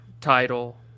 title